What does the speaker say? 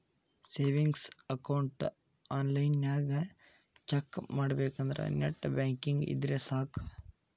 savings account ಆನ್ಲೈನ್ನ್ಯಾಗ check ಮಾಡಬೇಕಂದ್ರ net banking ಇದ್ರೆ ಸಾಕ್